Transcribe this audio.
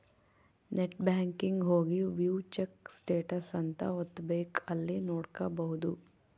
net banking ಹೋಗಿ view check status ಅಂತ ಒತ್ತಬೆಕ್ ಅಲ್ಲಿ ನೋಡ್ಕೊಬಹುದು